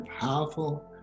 powerful